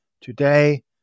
today